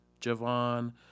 Javon